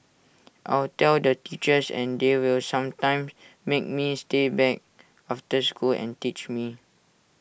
I'll tell the teachers and they will sometimes make me stay back after school and teach me